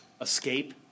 escape